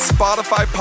Spotify